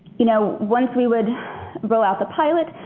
you know, once we would roll out the pilot,